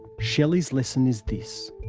shelley's lesson is this